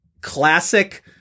classic